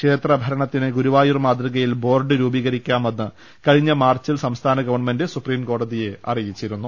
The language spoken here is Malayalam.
ക്ഷേത്ര ഭരണത്തിന് ഗുരുവായൂർ മാതൃകയിൽ ബോർഡ് രൂപീകരിക്കാമെന്ന് കഴിഞ്ഞ മാർച്ചിൽ സംസ്ഥാന ഗവൺമെന്റ് സുപ്രീം കോടതിയെ അറിയിച്ചിരുന്നു